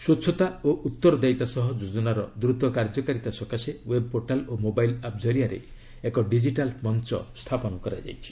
ସ୍ୱଚ୍ଛତା ଓ ଉତ୍ତରଦାୟିତା ସହ ଯୋଜନାରୁ ଦ୍ରତ କାର୍ଯ୍ୟକାରୀତା ସକାଶେ ଓ୍ବେବ୍ ପୋର୍ଟାଲ୍ ଓ ମୋବାଇଲ୍ ଆପ୍ କରିଆରେ ଏକ ଡିଜିଟାଲ୍ ମଞ୍ଚ ସ୍ଥାପନ କରାଯାଇଛି